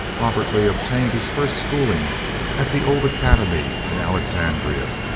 robert lee obtained his first schooling at the old academy in alexandria,